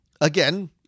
again